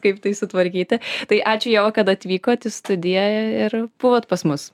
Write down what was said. kaip tai sutvarkyti tai ačiū ieva kad atvykot į studiją ir buvot pas mus